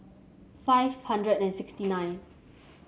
five hundred and sixty nine